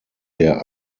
der